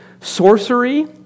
sorcery